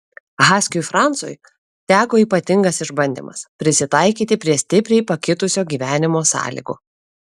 haskiui francui teko ypatingas išbandymas prisitaikyti prie stipriai pakitusio gyvenimo sąlygų